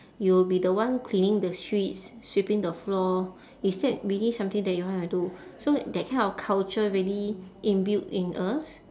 you will be the one cleaning the streets sweeping the floor is that really something that you want to do so that kind of culture already inbuilt in us